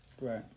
Right